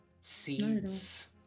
Seeds